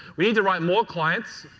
we need to write more clients.